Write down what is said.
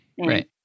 right